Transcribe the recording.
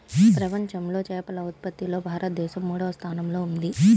ప్రపంచంలో చేపల ఉత్పత్తిలో భారతదేశం మూడవ స్థానంలో ఉంది